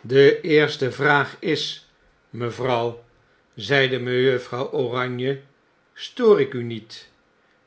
de eerste vraag is mevrouw zeide mejuffrouw oranje stoor ik u niet